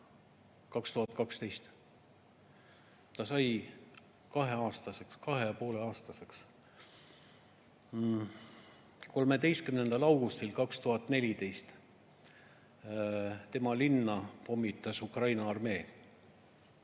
2012. Ta sai kaheaastaseks, kahe ja poole aastaseks. 13. augustil 2014 pommitas tema linna Ukraina armee.